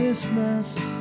Christmas